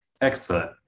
Excellent